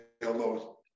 hello